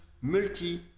multi